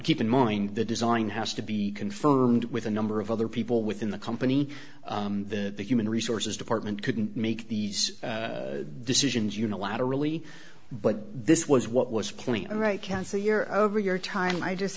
keep in mind the design has to be confirmed with a number of other people within the company the human resources department couldn't make these decisions unilaterally but this was what was plea right counsel you're over your time i just